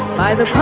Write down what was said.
by the